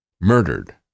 murdered